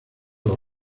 los